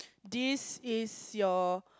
this is your